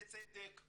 בצדק,